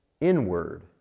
inward